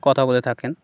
কথা বলে থাকেন